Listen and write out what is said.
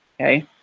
okay